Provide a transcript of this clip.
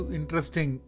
Interesting